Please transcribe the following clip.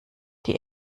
die